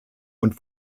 und